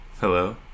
hello